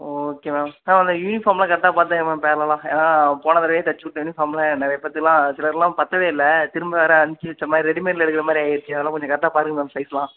okay ma'am ma'am அந்த யூனிஃபாம்ல்லாம் கரெக்டாக பார்த்துக்குங்க மேம் பேர்லலா ஏன்னால் போனதடவையே தைச்சு கொடுத்த யூனிஃபாம்ல்லாம் நிறைய பேர்த்துக்குலாம் சிலருக்குல்லாம் பத்தவே இல்லை திரும்ப வேறு அனுப்பிச்சி வச்சமா மாதிரி ரெடிமேடில் எடுக்கிற மாதிரி ஆகிடுச்சி அதனால் கொஞ்சம் கரெக்டாக பாருங்கள் மேம் சைஸ்ல்லாம்